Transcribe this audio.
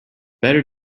better